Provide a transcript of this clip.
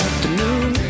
Afternoon